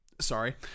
sorry